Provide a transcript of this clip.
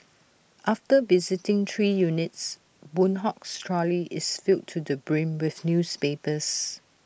after visiting three units boon Hock's trolley is filled to the brim with newspapers